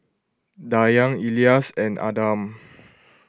Dayang Elyas and Adam